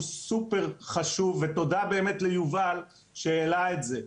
סופר חשוב ותודה באמת ליובל שהעלה את זה.